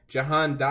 Jahan